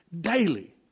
daily